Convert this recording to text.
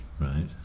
right